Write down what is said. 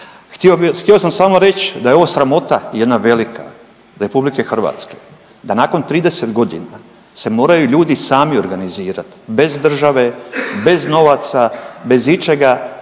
htio sam samo reći da je ovo sramota jedna velika RH da nakon 30 godina se moraju ljudi sami organizirati, bez države, bez novaca, bez ičega